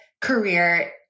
career